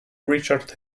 richard